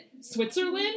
Switzerland